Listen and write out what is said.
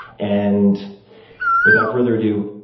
and without further ado,